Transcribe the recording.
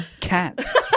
Cats